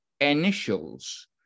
Initials